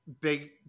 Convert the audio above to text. Big